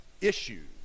issues